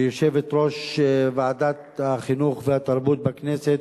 יושבת-ראש ועדת החינוך והתרבות בכנסת,